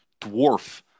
dwarf